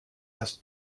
dass